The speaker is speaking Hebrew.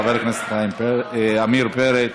חבר הכנסת עמיר פרץ,